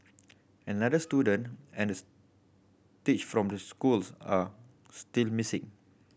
another student and teach from the schools are still missing